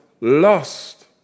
lost